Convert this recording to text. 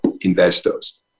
investors